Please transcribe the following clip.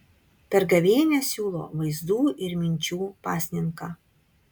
per gavėnią siūlo vaizdų ir minčių pasninką